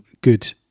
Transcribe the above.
good